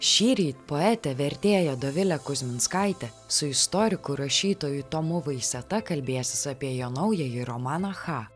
šįryt poetė vertėja dovilė kuzminskaitė su istoriku rašytoju tomu vaiseta kalbėsis apie jo naująjį romaną cha